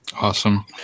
Awesome